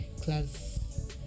class